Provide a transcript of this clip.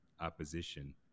opposition